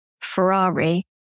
Ferrari